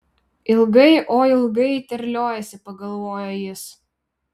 ilgai oi ilgai terliojasi pagalvojo jis